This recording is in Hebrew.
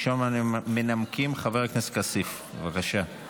בשם המנמקים, חבר הכנסת כסיף, בבקשה.